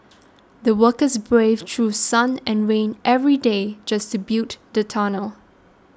the workers braved through sun and rain every day just to built the tunnel